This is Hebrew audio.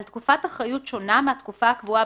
על תקופת אחריות שונה מהתקופה הקבועה,